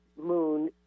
moon